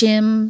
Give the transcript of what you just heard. Jim